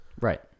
Right